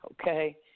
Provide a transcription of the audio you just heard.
okay